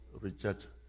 reject